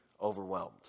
overwhelmed